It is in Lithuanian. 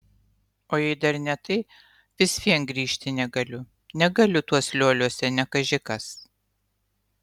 o jei dar ne tai vis vien grįžti negaliu negaliu tuos lioliuose ne kaži kas